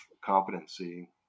competency